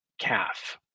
calf